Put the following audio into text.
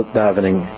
davening